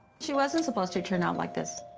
she wasn't supposed to turn out like this.